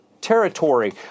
territory